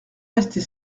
rester